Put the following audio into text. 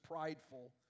prideful